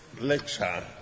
lecture